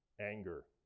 anger